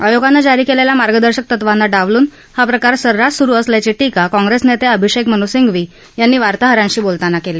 आयोगानं जारी केलेल्या मार्गदर्शक तत्वांना डावलून हा प्रकार सर्रास सुरु असल्याची टीका काँग्रेसनेते अभिषेक मनू सिंघवी यांनी वार्ताहरांशी बोलताना केली